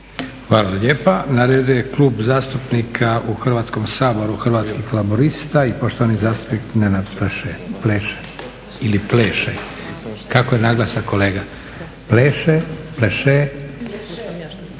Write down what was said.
Hvala lijepa. Na redu je Klub zastupnika u Hrvatskom saboru Hrvatskih laburista i poštovani zastupnik Nenad Pleše. Kako je naglasak kolega? Pleše. Kratki, O.K.